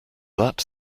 that